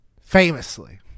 famously